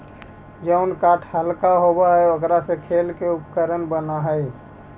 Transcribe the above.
जउन काष्ठ हल्का होव हई, ओकरा से खेल के उपकरण बनऽ हई